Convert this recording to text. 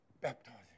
Baptizing